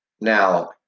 Now